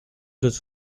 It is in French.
doit